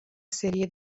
serie